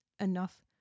enough